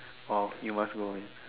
oh you must go again